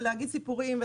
ולהביא סיפורים,